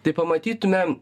tai pamatytume